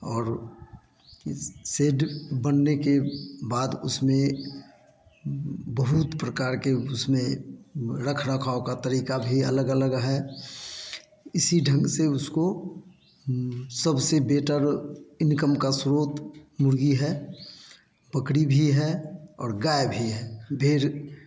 और सेट बनने के बाद उसमें बहुत प्रकार के उसमें रखरखाव का तरीका भी अलग अलग है इसी ढंग से उसको सबसे बेटर इनकम का स्रोत मुर्गी है बकरी भी है और गाय भी है भेड़